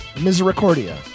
Misericordia